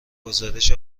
گزارش